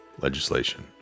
Legislation